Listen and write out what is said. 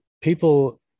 people